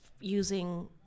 using